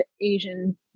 Asian